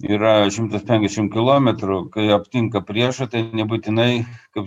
yra šimtas penkiasdešimt kilometrų kai aptinka priešą tai nebūtinai kaip